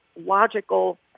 logical